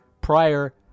prior